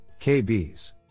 KBs